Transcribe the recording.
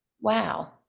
Wow